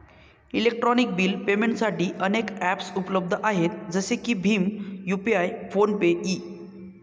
electronic bill पेमेंटसाठी अनेक ॲप्सउपलब्ध आहेत जसे की भीम यू.पि.आय फोन पे इ